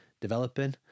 developing